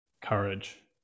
courage